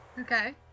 Okay